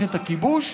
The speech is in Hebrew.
ממערכת הכיבוש,